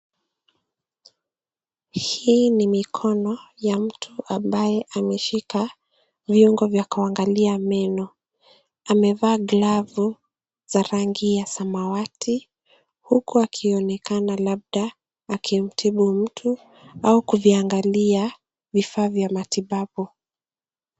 Hii ni mikono ya mtu ambaye ameshika viungo vya kuangalia meno. Amevaa glavu za rangi ya samawati huku akionekana labda akimtibu mtu au kuviangalia vifaa vya matibabu .